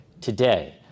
today